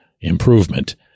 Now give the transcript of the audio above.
improvement